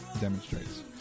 demonstrates